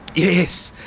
yes,